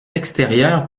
extérieures